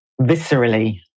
viscerally